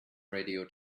radio